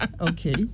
Okay